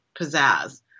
pizzazz